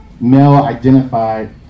male-identified